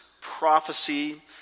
prophecy